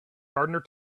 gardener